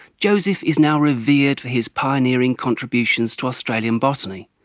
joseph is now revered for his pioneering contributions to australian botany.